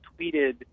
tweeted